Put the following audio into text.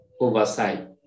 oversight